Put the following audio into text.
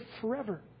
forever